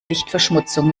lichtverschmutzung